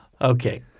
Okay